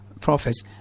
prophets